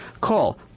Call